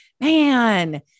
man